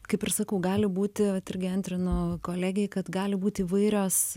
kaip ir sakau gali būti vat irgi antrinu kolegei kad gali būt įvairios